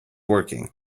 working